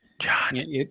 John